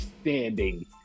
standing